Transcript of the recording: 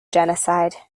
genocide